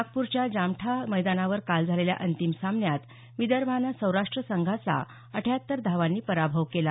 नागपूरच्या जामठा मैदानावर काल झालेल्या अंतिम सामन्यात विदर्भानं सौराष्ट संघाचा अट्ट्याहत्तर धावांनी पराभव केला